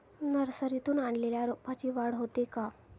नर्सरीतून आणलेल्या रोपाची वाढ होते का?